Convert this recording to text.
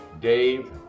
Dave